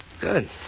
Good